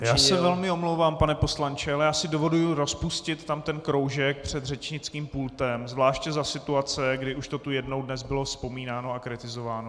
Já se velmi omlouvám, pane poslanče, ale já si dovoluji rozpustit tamten kroužek před řečnickým pultem, zvláště za situace, kdy už to tu jednou dnes bylo vzpomínáno a kritizováno.